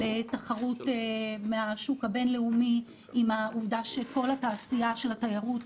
לתחרות מהשוק הבין-לאומי עם העובדה שכל התעשייה של התיירות